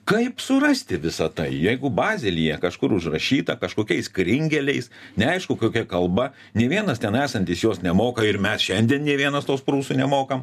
kaip surasti visa tai jeigu bazelyje kažkur užrašyta kažkokiais kringeliais neaišku kokia kalba nei vienas ten esantis jos nemoka ir mes šiandien nė vienas tos prūsų nemokam